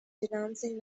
denouncing